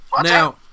Now